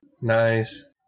Nice